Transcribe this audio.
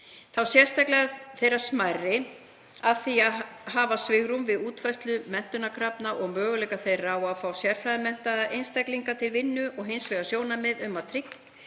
þá sérstaklega þeirra smærri, af því að hafa svigrúm við útfærslu menntunarkrafna og möguleika þeirra á að fá sérfræðimenntaða einstaklinga til vinnu og hins vegar sjónarmið um að tryggja